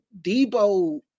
Debo